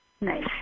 Nice